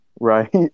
Right